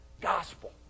gospel